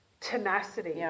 tenacity